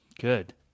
Good